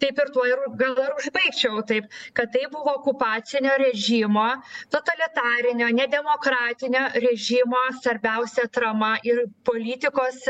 taip ir tuo ir gal ir užbaigčiau taip kad tai buvo okupacinio režimo totalitarinio nedemokratinio režimo svarbiausia atrama ir politikos